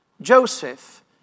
Joseph